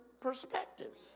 perspectives